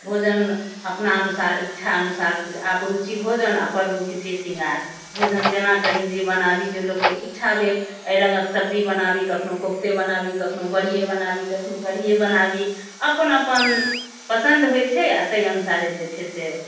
भोजन अपनानुसार इच्छा अनुसार आपरुचि भोजन आ पररुचि श्रृङ्गार भोजन जेना करी जे बनाबी जे लोकके इच्छा भेल एहि रङ्गक सब्जी बनाबी कखनहु कोफ्ते बनाबी कखनहु बड़िए बनाबी कखनहु कढ़िए बनाबी अपन अपन पसन्द होइत छै आ ताहि अनुसारे जे छै से